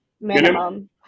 Minimum